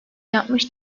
yapmış